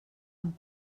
amb